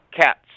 cats